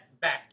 back